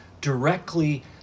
directly